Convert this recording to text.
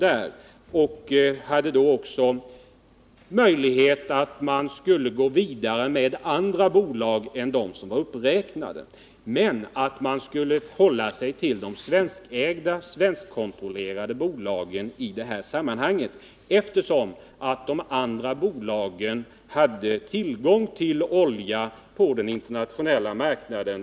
Det fanns samtidigt möjlighet att gå vidare med andra bolag än dem som var uppräknade. Dock skulle man i det här sammanhanget hålla sig till de svenskägda och svenskkontrollerade bolagen, eftersom de andra bolagen hade tillgång till olja på den internationella marknaden.